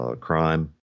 crime